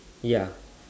ya